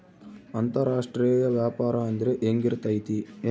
ಅಂತರಾಷ್ಟ್ರೇಯ ವ್ಯಾಪಾರ ಅಂದ್ರೆ ಹೆಂಗಿರ್ತೈತಿ?